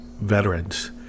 veterans